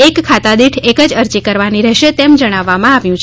એક ખાતાદીઠ એક જ અરજી કરવાની રહેશે તેમ જણાવવામાં આવ્યું છે